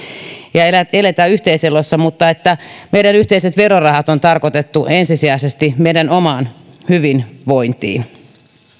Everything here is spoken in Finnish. ja elämme yhteiselossa mutta meidän yhteiset verorahat on tarkoitettu ensisijaisesti meidän omaan hyvinvointiin